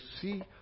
see